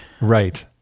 Right